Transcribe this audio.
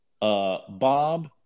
Bob